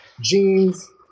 jeans